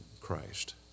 Christ